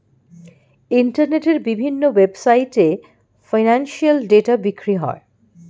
ইন্টারনেটের বিভিন্ন ওয়েবসাইটে এ ফিনান্সিয়াল ডেটা বিক্রি করে